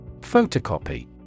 Photocopy